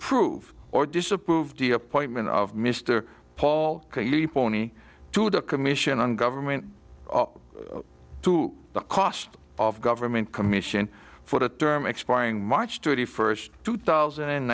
approve or disapprove the appointment of mr paul pony to the commission on government to the cost of government commission for the term expiring march thirty first two thousand